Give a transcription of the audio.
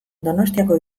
donostiako